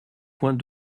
point